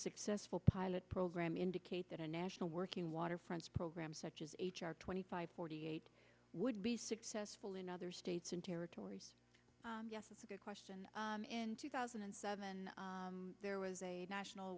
successful pilot program indicate that a national working waterfronts program such as h r twenty five forty eight would be successful in other states and territories yes that's a good question in two thousand and seven there was a national